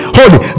holy